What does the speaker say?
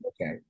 okay